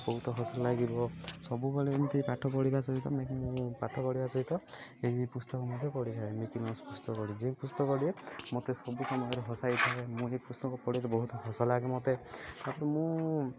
ବହୁତ ହସ ଲାଗିବ ସବୁବେଳେ ଏମିତି ପାଠ ପଢ଼ିବା ସହିତ ପାଠ ପଢ଼ିବା ସହିତ ଏହି ପୁସ୍ତକ ମଧ୍ୟ ପଢ଼ିଥାଏ ମିକି ମାଉସ୍ ପୁସ୍ତକ ପଢ଼ି ଯେ ପୁସ୍ତକ ପଢ଼େ ମୋତେ ସବୁ ସମୟରେ ହସାଇ ଥାଏ ମୁଁ ଏହି ପୁସ୍ତକ ପଢ଼ିଲେ ବହୁତ ହସ ଲାଗେ ମୋତେ ତା'ପରେ ମୁଁ